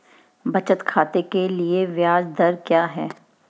बचत खाते के लिए ब्याज दर क्या है?